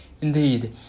Indeed